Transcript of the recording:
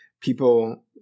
people